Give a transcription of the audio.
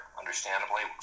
understandably